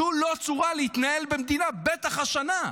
זו לא צורה להתנהל במדינה, בטח השנה.